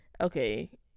okay